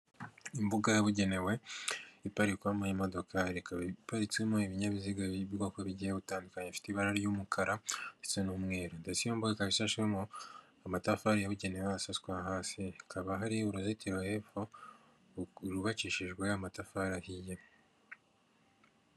Imbuga yabugenewe iparikwamo imodokari ikaba iparitsemo ibinyabiziga by'ubwoko bugiye butandukanye ifite ibara ry'umukara ndetse n'umweru, ishashmo amatafari yabugenewe hasaswa hasi hakaba hari uruzitiro hepfo rwubakishijwe amatafari ahiye.